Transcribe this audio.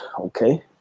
okay